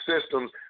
systems